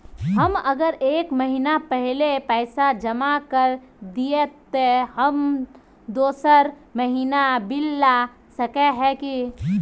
हम अगर एक महीना पहले पैसा जमा कर देलिये ते हम दोसर महीना बिल ला सके है की?